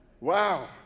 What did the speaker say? Wow